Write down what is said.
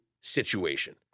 situation